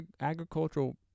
agricultural